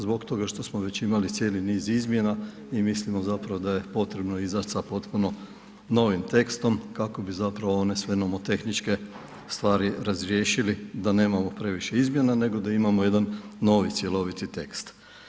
Zbog toga što smo već imali cijeli niz izmjena i mislimo da je potrebno izaći sa potpuno novim tekstom kako bi sve one nomotehničke stvari razriješili da nemamo previše izmjena nego da imamo jedan novi cjeloviti tekst.